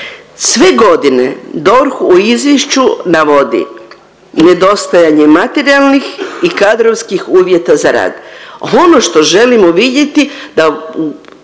Sve godine u DORH u izvješću navodi nedostajanje materijalnih i kadrovskih uvjeta za rad. Ono što želimo vidjeti da